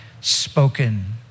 spoken